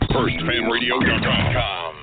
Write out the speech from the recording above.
Firstfanradio.com